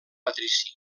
patrici